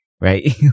right